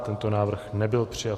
Tento návrh nebyl přijat.